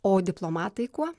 o diplomatai kuo